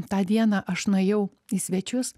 tą dieną aš nuėjau į svečius